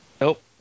Nope